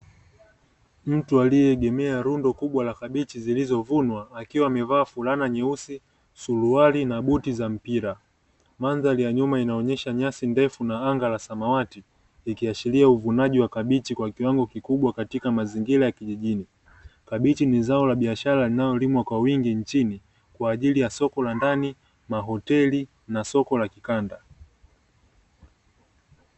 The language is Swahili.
Mtu aliyeegemea rundo kubwa la kabichi zilizovunwa akiwa amevaa fulana nyeusi, suruali na buti za mpira. Mandhari ya nyuma inaonyesha nyasi ndefu na anga la samawati, ikiashiria uvunaji wa kabichi kwa kiwango kikubwa katika mazingira ya kijijini. Kabichi ni zao la biashara linalolimwa kwa wingi nchini kwa ajii ya soko la ndani, mahoteli na soko la kikanda.